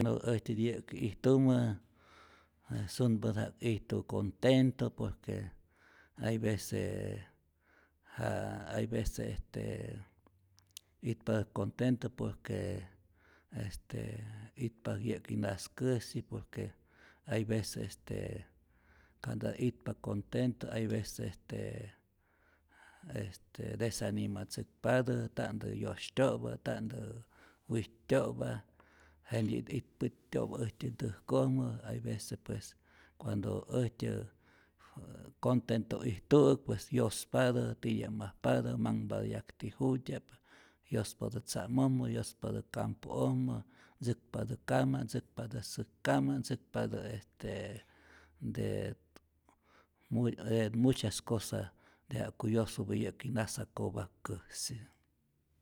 Wenä äjtyät yäki ijtumä sunpatä ja'k ijtu contento, por que hay vecee j hay vece este itpatät contento por que este itpatät yä'ki naskäsi, por que hay vece este ka'ntatä itpa contento hay vece este este desanimatzäkpatä, nta'ntä yosytyo'pa, nta'ntä wit'tyo'pa, jentyi'ntä it pit'tyo'pa äjtyä ntäjkojmä, hay vece pues cuando äjtyä contento ijtu'äk pues yospatä titya'majpatä, manhpatä yakti jut'tya'p, yospatä tza'mojmä, yospatä campo'ojmä, ntzäkpatä kama', ntzäkpatä säk kama', ntzäkpatä este de mu de muchas cosas de ja'ku yosupä yäki nasakopak'käsi.